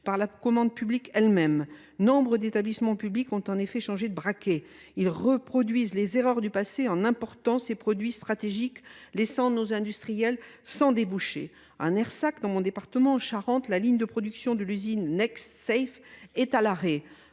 par la commande publique elle-même. Nombre d’établissements publics ont en effet changé de braquet ; ils reproduisent les erreurs du passé en important ces produits stratégiques, laissant nos industriels sans débouchés. À Nersac, dans mon département de la Charente, la ligne de production de l’usine Next Safe est à l’arrêt.